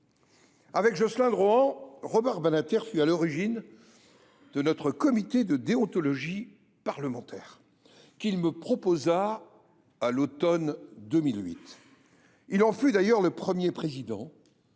Avec Josselin de Rohan, Robert Badinter fut à l’origine de notre comité de déontologie parlementaire, qu’il me proposa à l’automne 2008. Il en fut d’ailleurs le premier président,